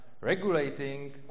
regulating